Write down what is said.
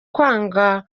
kwanga